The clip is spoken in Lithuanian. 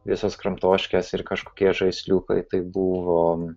visos kramtoškės ir kažkokie žaisliukai tai buvo